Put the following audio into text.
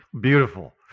beautiful